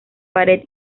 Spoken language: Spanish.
pared